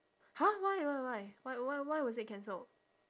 !huh! why why why wh~ why why was it cancelled